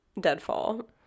deadfall